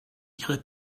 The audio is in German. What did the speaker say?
ihre